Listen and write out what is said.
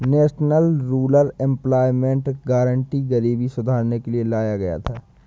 national rural employment guarantee गरीबी सुधारने के लिए लाया गया था